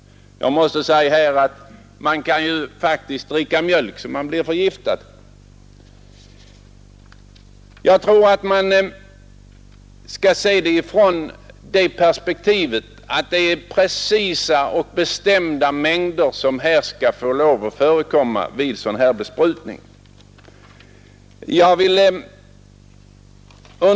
Man kan faktiskt dricka mjölk så att man blir förgiftad! Jag tror att man skall se frågan från det perspektivet att det är precisa och bestämda mängder som här skall få förekomma vid besprutningen.